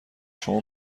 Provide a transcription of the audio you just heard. شما